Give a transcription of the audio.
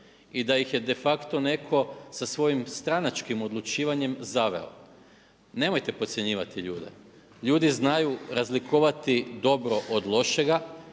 i da ih je de facto netko sa svojim stranačkim odlučivanjem zaveo. Nemojte podcjenjivati ljude. Ljudi znaju razlikovati dobro od lošega